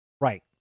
Right